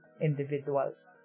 individuals